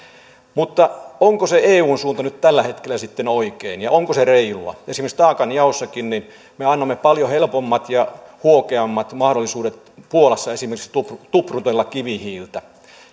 mutta onko se eun suunta nyt tällä hetkellä sitten oikein ja onko se reilua esimerkiksi taakanjaossakin me annamme paljon helpommat ja huokeammat mahdollisuudet esimerkiksi puolassa tuprutella kivihiiltä